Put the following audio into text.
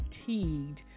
fatigued